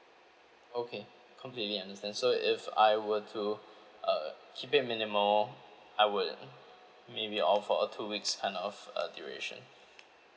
okay completely understand so if I were to uh keep it minimal I would maybe opt for a two weeks kind of uh duration